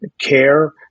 care